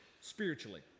spiritually